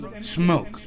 Smoke